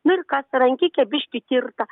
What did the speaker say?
nu ir kas rankikė biškį tirta